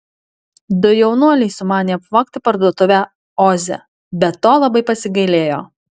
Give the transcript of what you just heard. du jaunuoliai sumanė apvogti parduotuvę oze bet to labai pasigailėjo